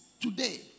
today